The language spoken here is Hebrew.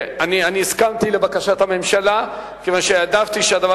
אני הסכמתי לבקשת הממשלה כיוון שהעדפתי שהדבר